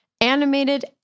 animated